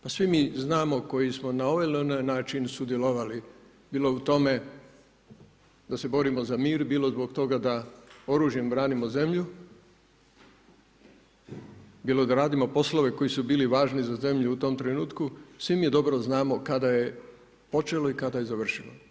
Pa svi mi znamo koji smo na ovaj ili onaj način sudjelovali, bilo u tome da se borimo za mir, bilo zbog toga da oružjem branimo zemlju, bilo da radimo poslove koji su bili važni zemlju u tom trenutku, svi mi dobro znamo kada je počelo i kada je završilo.